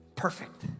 perfect